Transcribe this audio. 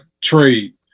trade